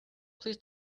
please